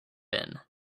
been